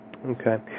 Okay